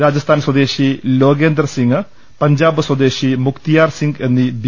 രാജസ്ഥാൻ സ്വദേശി ലോകേന്ദർസിംഗ് പഞ്ചാബ് സ്വദേശി മുക്തി യാർ സിംഗ് എന്നീ ബി